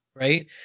Right